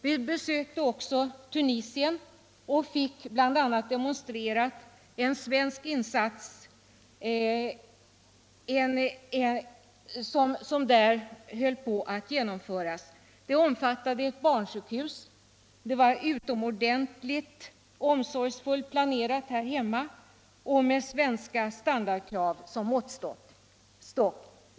Vi besökte också Tunisien och fick bl.a. demonstrerat en svensk insats som där höll på att genomföras. Den omfattade ett barnsjukhus. Det var utomordentligt omsorgsfullt planerat här hemma och med svenska standardkrav som måttstock.